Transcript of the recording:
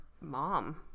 mom